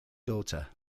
daughter